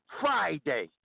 Friday